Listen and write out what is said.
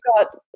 got